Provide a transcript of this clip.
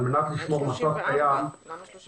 על מנת לשמור מצב קיים --- זה 34. למה 35?